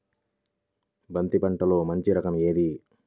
బంతి పంటలో మంచి రకం ఏది?